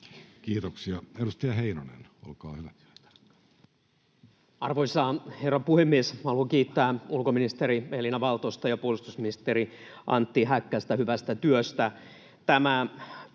laeiksi Time: 14:30 Content: Arvoisa herra puhemies! Haluan kiittää ulkoministeri Elina Valtosta ja puolustusministeri Antti Häkkästä hyvästä työstä.